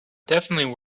definitely